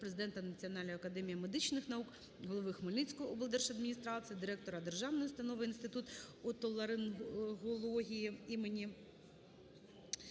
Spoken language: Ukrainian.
Президента Національної академії медичних наук, голови Хмельницької облдержадміністрації, директора Державної установи "Інститут отоларингології імені